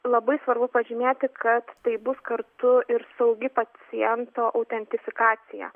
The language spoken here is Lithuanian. labai svarbu pažymėti kad tai bus kartu ir saugi paciento autentifikacija